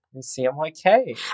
C-M-Y-K